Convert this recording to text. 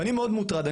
אני מאוד מוטרד.